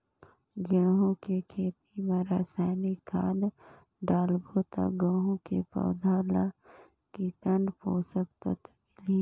गंहू के खेती मां रसायनिक खाद डालबो ता गंहू के पौधा ला कितन पोषक तत्व मिलही?